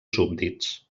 súbdits